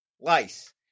lice